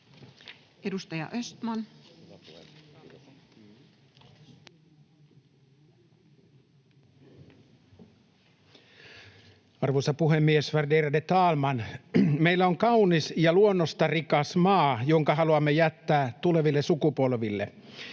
Content: Arvoisa puhemies! Värderade talman! Meillä on kaunis ja luonnosta rikas maa, jonka haluamme jättää tuleville sukupolville.